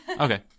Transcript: Okay